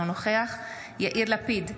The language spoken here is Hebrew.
אינו נוכח יאיר לפיד,